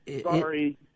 sorry